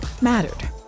mattered